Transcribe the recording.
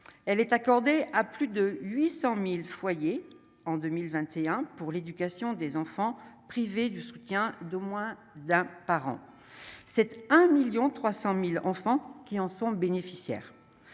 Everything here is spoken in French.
elle est accordée à plus de 800000 foyers en 2021 pour l'éducation des enfants, privé du soutien d'au moins d'un parent 7 1 1000000 300 1000 enfants qui en sont bénéficiaires,